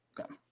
Okay